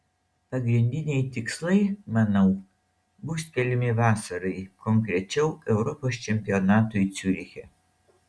pagrindiniai tikslai manau bus keliami vasarai konkrečiau europos čempionatui ciuriche